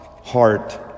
heart